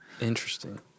Interesting